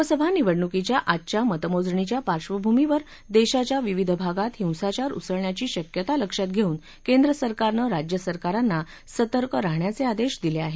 लोकसभा निवडणुकीच्या आजच्या मतमोजणीच्या पार्बभूमीवर देशाच्या विविध भागात हिंसाचार उसळण्याची शक्यता लक्षात घेऊन केंद्र सरकारनं राज्य सरकारांना सतर्क राहण्याचे आदेश दिले आहेत